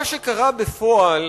מה שקרה בפועל